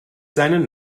seinen